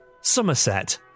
Somerset